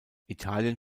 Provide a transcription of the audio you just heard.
italien